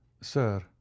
Sir